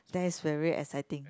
that is very exciting